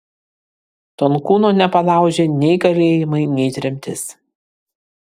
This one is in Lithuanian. tonkūno nepalaužė nei kalėjimai nei tremtis